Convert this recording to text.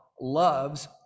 loves